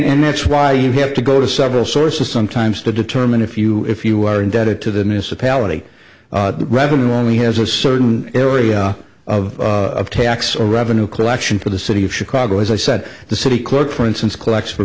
and that's why you have to go to several sources sometimes to determine if you if you are indebted to the nyssa palate a revenue only has a certain area of tax or revenue collection for the city of chicago as i said the city clerk for instance collects for